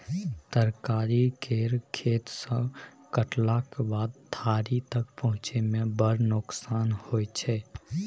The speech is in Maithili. तरकारी केर खेत सँ कटलाक बाद थारी तक पहुँचै मे बड़ नोकसान होइ छै